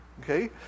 Okay